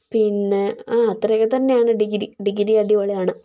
പിന്നെ ആ അത്രയൊക്കെ തന്നെയാണ് ഡിഗ്രി ഡിഗ്രി അടിപൊളിയാണ് ആണ്